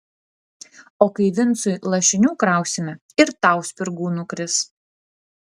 o kai vincui lašinių krausime ir tau spirgų nukris